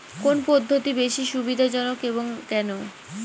কোন পদ্ধতি বেশি সুবিধাজনক এবং কেন?